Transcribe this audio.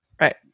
Right